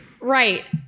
Right